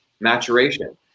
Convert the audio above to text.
maturation